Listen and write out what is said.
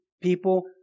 People